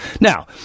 Now